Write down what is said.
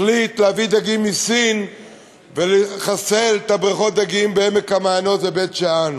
החליט להביא דגים מסין ולחסל את בריכות הדגים בעמק-המעיינות ובית-שאן.